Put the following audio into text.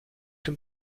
dem